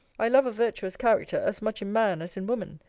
i love a virtuous character, as much in man as in woman.